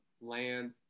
land